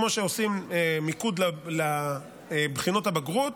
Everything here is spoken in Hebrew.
כמו שעושים מיקוד לבחינות הבגרות,